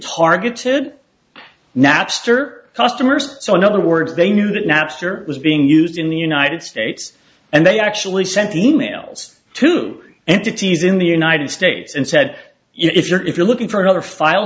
targeted napster customers so in other words they knew that napster was being used in the united states and they actually sent e mails to entities in the united states and said if you're if you're looking for another file